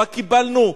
מה קיבלנו?